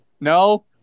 no